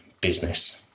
business